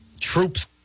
troops